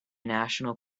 national